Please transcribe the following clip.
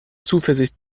zuversicht